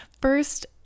first